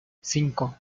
cinco